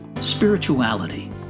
Spirituality